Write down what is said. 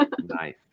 Nice